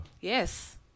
Yes